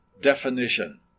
definition